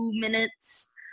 minutes